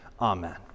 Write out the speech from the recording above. Amen